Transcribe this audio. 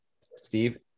Steve